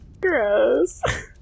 Gross